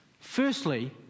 Firstly